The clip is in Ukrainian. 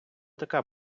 така